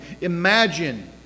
Imagine